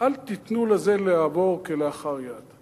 אל תיתנו לזה לעבור כלאחר יד.